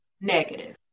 negative